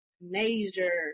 major